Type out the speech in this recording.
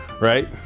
right